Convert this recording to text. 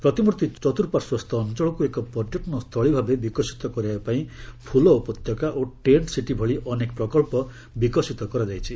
ପ୍ରତିମୂର୍ତ୍ତି ଚତୁର୍ପାର୍ଶ୍ୱସ୍ଥ ଅଞ୍ଚଳକୁ ଏକ ପର୍ଯ୍ୟଟନ ସ୍ଥଳୀ ଭାବେ ବିକଶିତ କରିବାପାଇଁ ଫୁଲ ଉପତ୍ୟକା ଓ ଟେଣ୍ଟ୍ ସିଟି ଭଳି ଅନେକ ପ୍ରକଳ୍ପ ବିକଶିତ କରାଯାଇଛି